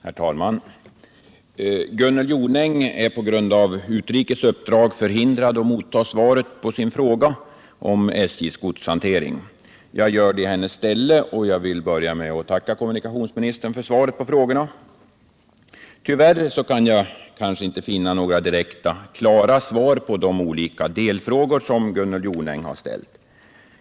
Herr talman! Gunnel Jonäng är på grund av utrikes uppdrag förhindrad att ta emot svaret på sin fråga om SJ:s godshantering. Jag gör det i hennes ställe, och jag vill börja med att tacka kommunikationsministern för svaret. Tyvärr kan jag inte finna några direkt klara svar på de olika delfrågor som Gunnel Jonäng har ställt.